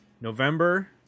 November